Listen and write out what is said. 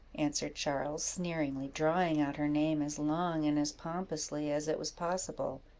answered charles, sneeringly, drawing out her name as long and as pompously as it was possible.